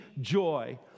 joy